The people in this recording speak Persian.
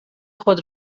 خود